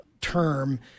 term